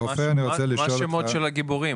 מה השמות של הגיבורים?